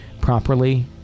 properly